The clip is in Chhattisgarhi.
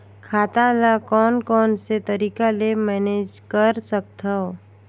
खाता ल कौन कौन से तरीका ले मैनेज कर सकथव?